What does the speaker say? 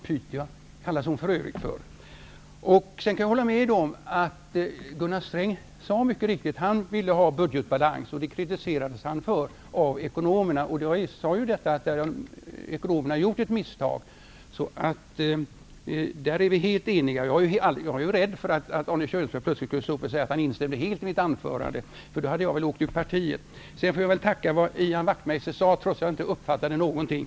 Sierskan kallades för övrigt Det är mycket riktigt att Gunnar Sträng sade att han ville ha budgetbalans, vilket han kritiserades för av ekonomerna. Jag sade också att ekonomerna har gjort ett misstag, så om detta är vi helt eniga. Jag var rädd för att Arne Kjörnsberg plötsligt skulle ha ställt sig upp och instämt helt i mitt anförande -- då hade jag väl åkt ut ur partiet. Jag får också tacka för det som Ian Wachtmeister sade, trots att jag inte uppfattade någonting.